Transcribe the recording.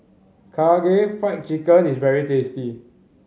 Karaage Fried Chicken is very tasty